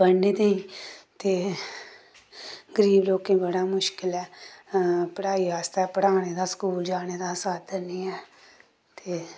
पढ़ने ताईं ते गरीब लोकें बड़ा मुश्कल ऐ पढ़ाई आस्तै पढ़ाने दा स्कूल जाने दा साधन नेईं ऐ ते